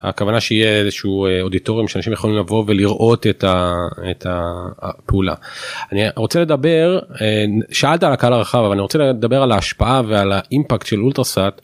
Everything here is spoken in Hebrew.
הכוונה שיהיה איזשהו אודיטוריום שאנשים יכולים לבוא ולראות את הפעולה אני רוצה לדבר שאלת על הקהל הרחב אבל אני רוצה לדבר על ההשפעה ועל האימפקט של אולטרסאט.